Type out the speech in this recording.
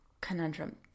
conundrum